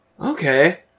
Okay